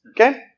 Okay